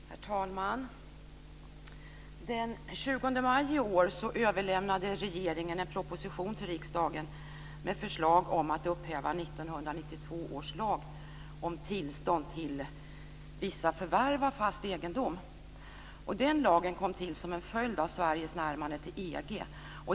Herr talman! Den 20 maj i år överlämnade regeringen en proposition till riksdagen med förslag om att upphäva 1992 års lag om tillstånd till vissa förvärv av fast egendom. Den lagen kom till som en följd av Sveriges närmande till EG.